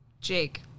Jake